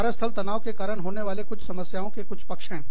कार्य स्थल तनाव के कारण होने वाले कुछ समस्याओं के कुछ पक्ष हैं